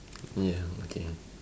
yeah okay